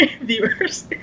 viewers